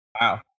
Wow